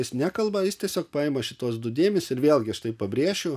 jis nekalba jis tiesiog paima šituos du dėmenis ir vėlgi aš tai pabrėšiu